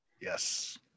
Yes